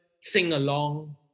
sing-along